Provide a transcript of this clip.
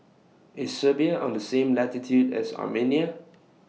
IS Serbia on The same latitude as Armenia